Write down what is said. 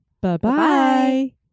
Bye-bye